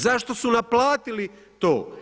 Zašto su naplatili to?